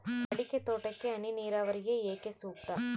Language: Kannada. ಅಡಿಕೆ ತೋಟಕ್ಕೆ ಹನಿ ನೇರಾವರಿಯೇ ಏಕೆ ಸೂಕ್ತ?